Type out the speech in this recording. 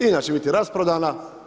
INA će biti rasprodana.